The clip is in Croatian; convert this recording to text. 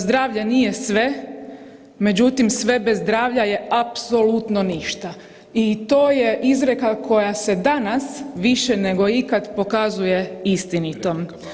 Zdravlje nije sve, međutim, sve bez zdravlja je apsolutno ništa i to je izreka koja se danas više nego ikad pokazuje istinitom.